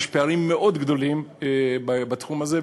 יש פערים מאוד גדולים בתחום הזה,